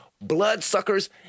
bloodsuckers